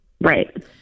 right